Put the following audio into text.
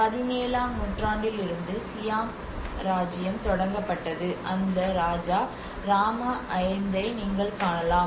17 ஆம் நூற்றாண்டிலிருந்து சியாம் இராச்சியம் தொடங்கப்பட்டது அந்த ராஜா ராமா 5 ஐ நீங்கள் காணலாம்